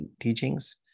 teachings